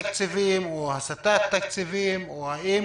התקציבים הנדרשים לרשויות המקומיות ואיך אתם